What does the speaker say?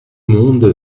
monde